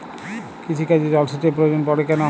কৃষিকাজে জলসেচের প্রয়োজন পড়ে কেন?